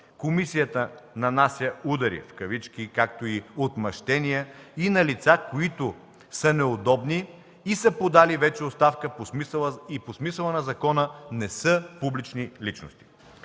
Комисията „нанася удари“ както и „отмъщения“ и на лица, които са неудобни и са подали вече оставка и по смисъла на закона не са били публични личности.